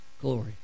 glory